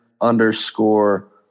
underscore